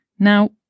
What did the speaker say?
Now